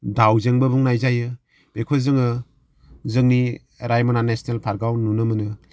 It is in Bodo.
दाउजेनबो बुंनाय जायो बेखौ जोङो जोंनि रायमना नेसनेल पार्काव नुनो मोनो